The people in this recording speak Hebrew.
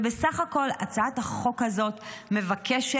בסך הכול הצעת החוק הזאת מבקשת,